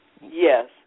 Yes